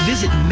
Visit